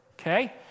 okay